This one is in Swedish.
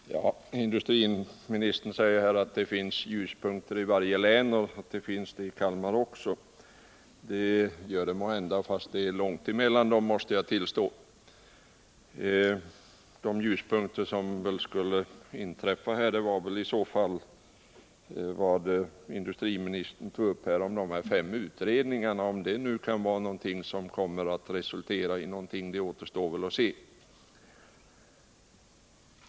Herr talman! Industriministern säger att det finns ljuspunkter i varje län och att sådana finns också i Kalmar. Det gör det måhända, fast det är långt mellan dem, måste jag tillstå. De ljuspunkter det skulle kunna gälla är väl de fem utredningar som industriministern tar upp, om de nu kommer att resultera i någonting — det återstår ju att se.